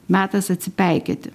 metas atsipeikėti